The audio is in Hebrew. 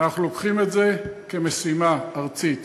אנחנו לוקחים את זה כמשימה ארצית,